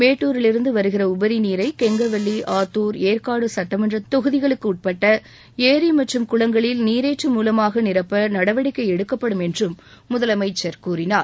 மேட்டூரிலிருந்து வருகிற உபரி நீரை கெங்கவல்லி ஏற்காடு சட்டமன்ற ஆத்துர் தொகுதிகளுக்குட்பட்ட ஏரி மற்றும் குளங்களில் நீரேற்று மூலமாக நிரப்ப நடவடிக்கை எடுக்கப்படும் என்றும் முதலமைச்சர் கூறினார்